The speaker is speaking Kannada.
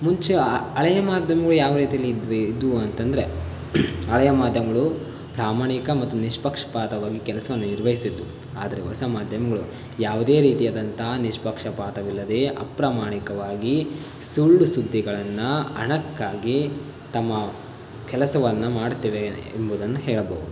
ಮುಂಚೆ ಹಳೆಯ ಮಾಧ್ಯಮಗಳು ಯಾವ ರೀತಿಯಲ್ಲಿ ಇದ್ವಿ ಇದ್ವು ಅಂತಂದರೆ ಹಳೆಯ ಮಾಧ್ಯಮಗಳು ಪ್ರಾಮಾಣಿಕ ಮತ್ತು ನಿಷ್ಪಕ್ಷಪಾತವಾಗಿ ಕೆಲಸವನ್ನು ನಿರ್ವಹಿಸಿದ್ವು ಆದರೆ ಹೊಸ ಮಾಧ್ಯಮಗಳು ಯಾವುದೇ ರೀತಿಯಾದಂಥ ನಿಷ್ಪಕ್ಷಪಾತವಿಲ್ಲದೆಯೇ ಅಪ್ರಮಾಣಿಕವಾಗಿ ಸುಳ್ಳು ಸುದ್ದಿಗಳನ್ನು ಹಣಕ್ಕಾಗಿ ತಮ್ಮ ಕೆಲಸವನ್ನು ಮಾಡ್ತವೆ ಎಂಬುದನ್ನು ಹೇಳಬಹುದು